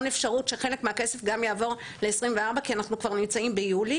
אפשרות שחלק מהכסף גם יעבור ל-2024 כי אנחנו כבר נמצאים ביולי.